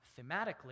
thematically